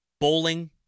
bowling